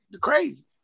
Crazy